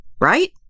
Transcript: Right